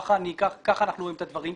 כך אנחנו רואים את הדברים,